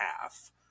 half